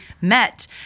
met